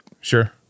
Sure